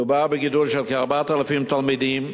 מדובר בגידול של כ-4,000 תלמידים,